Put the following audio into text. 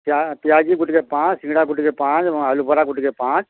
ପିଆଜି ଗୁଟେକେ ପାଞ୍ଚ୍ ସିଙ୍ଗଡ଼ା ଗୁଟେକେ ପାଞ୍ଚ୍ ଆଲୁ ବରା ଗୁଟେକେ ପାଞ୍ଚ୍